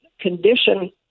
condition